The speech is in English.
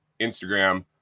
Instagram